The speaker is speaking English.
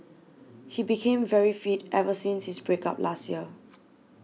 he became very fit ever since his break up last year